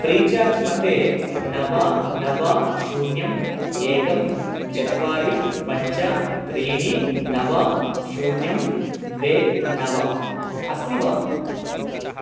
free charge मध्ये नव नव शून्यम् एकं चत्वारि पञ्च त्रीणि नव शून्यं द्वे नव अस्ति वा